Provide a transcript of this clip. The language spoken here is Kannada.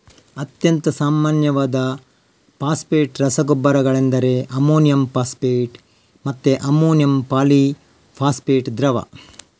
ಅತ್ಯಂತ ಸಾಮಾನ್ಯವಾದ ಫಾಸ್ಫೇಟ್ ರಸಗೊಬ್ಬರಗಳೆಂದರೆ ಅಮೋನಿಯಂ ಫಾಸ್ಫೇಟ್ ಮತ್ತೆ ಅಮೋನಿಯಂ ಪಾಲಿ ಫಾಸ್ಫೇಟ್ ದ್ರವ